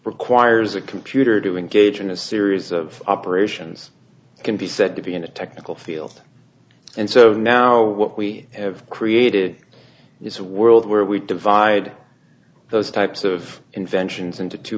requires a computer to engage in a series of operations can be said to be in a technical field and so now what we have created is a world where we divide those types of inventions into two